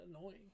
annoying